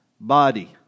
body